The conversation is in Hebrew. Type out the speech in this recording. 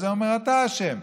וזה אומר "אתה אשם",